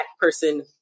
person